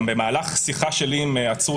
שבמהלך שיחה שלי עם עצור,